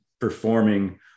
performing